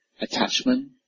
Attachment